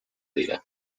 dira